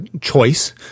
choice